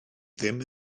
ddim